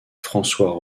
françois